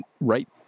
right